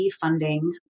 funding